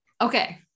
Okay